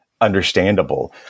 understandable